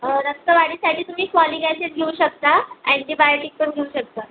रक्तवाढीसाठी तुम्ही folic acid घेऊ शकता अँटीबायोटीक पण घेऊ शकता